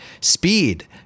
Speed